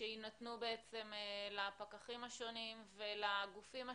שיינתנו לפקחים השונים ולגופים השונים,